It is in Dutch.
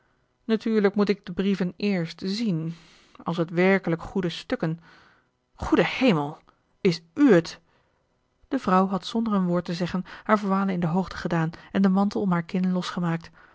natuurlijk moet ik de brieven eerst zien als het werkelijk goede stukken goede hemel is u het de vrouw had zonder een woord te zeggen haar voile in de hoogte gedaan en den mantel om haar kin losgemaakt